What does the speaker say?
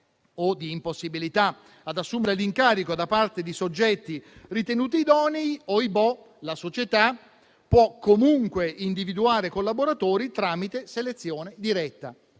o di impossibilità ad assumere l'incarico da parte di soggetti ritenuti idonei, la società può comunque individuare collaboratori tramite selezione diretta.